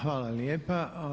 Hvala lijepa.